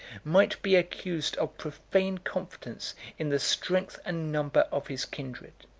might be accused of profane confidence in the strength and number of his kindred.